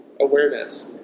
awareness